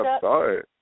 sorry